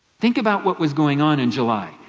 think about what was going on in july.